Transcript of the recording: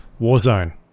Warzone